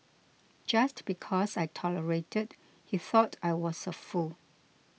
just because I tolerated he thought I was a fool